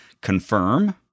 confirm